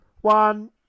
One